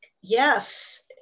yes